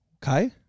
Kai